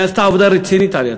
שנעשתה עבודה רצינית על-ידך.